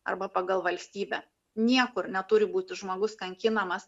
arba pagal valstybę niekur neturi būti žmogus kankinamas